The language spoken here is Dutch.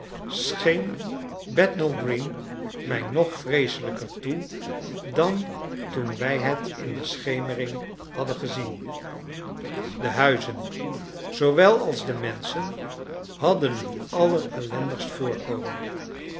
scheen bethnal green mij nog vreeselijker toe dan toen wij het in de schemering hadden gezien de huizen zoowel als de menschen hadden een allerellendigst voorkomen